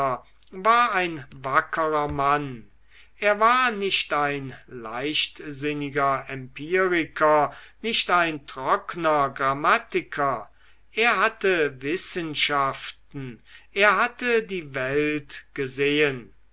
war ein wackerer mann er war nicht ein leichtsinniger empiriker nicht ein trockner grammatiker er hatte wissenschaften er hatte die welt gesehen